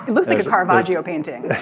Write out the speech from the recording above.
it looks like his um mojo painting